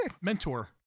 mentor